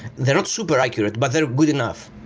they're not super accurate, but they're good enough.